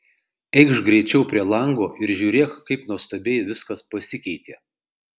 eikš greičiau prie lango ir žiūrėk kaip nuostabiai viskas pasikeitė